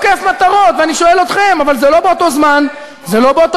תראו, אנחנו מתמודדים עם גל טרור לא פשוט